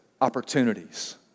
opportunities